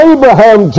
Abraham